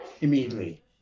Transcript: immediately